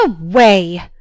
Away